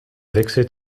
wechselt